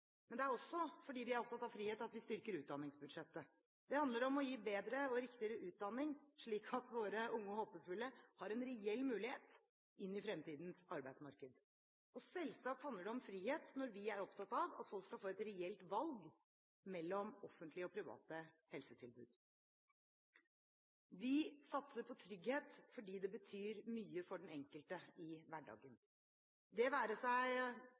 Men det er også fordi vi er opptatt av frihet, at vi styrker utdanningsbudsjettet. Det handler om å gi bedre og riktigere utdanning, slik at våre unge og håpefulle har en reell mulighet inn i fremtidens arbeidsmarked. Og selvsagt handler det om frihet når vi er opptatt av at folk skal få et reelt valg mellom offentlige og private helsetilbud. Vi satser på trygghet, fordi det betyr mye for den enkelte i hverdagen. Det